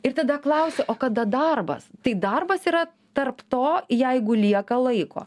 ir tada klausiu o kada darbas tai darbas yra tarp to jeigu lieka laiko